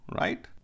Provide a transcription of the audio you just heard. right